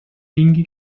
tingui